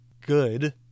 good